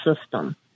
system